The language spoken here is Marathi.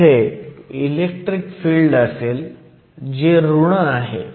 इथे इलेक्ट्रिक फिल्ड असेल जे ऋण आहे